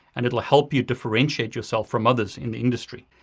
and it'll help you differentiate yourself from others in the industry.